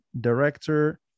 director